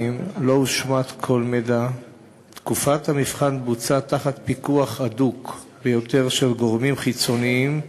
1. לא הועבר כל מידע מהרשות הביומטרית לחברה חיצונית.